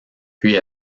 puis